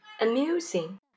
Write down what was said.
amusing